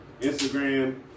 Instagram